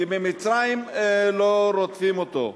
כי במצרים לא רודפים אותו.